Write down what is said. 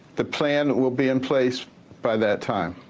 the plan will be in place by that time.